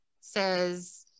says